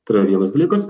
tai yra vienas dalykas